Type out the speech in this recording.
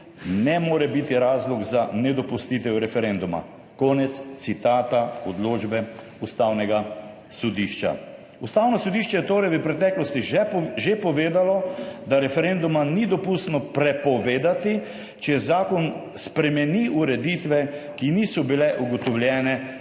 ne more biti razlog za nedopustitev referenduma.«, konec citata odločbe Ustavnega sodišča. Ustavno sodišče je torej v preteklosti že povedalo, da referenduma ni dopustno prepovedati, če zakon spremeni ureditve, ki niso bile ugotovljene